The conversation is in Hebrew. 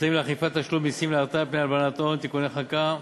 (אמצעים לאכיפת תשלום מסים ולהרתעה מפני הלבנת הון) (תיקוני חקיקה),